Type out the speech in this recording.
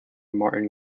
martin